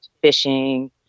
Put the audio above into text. fishing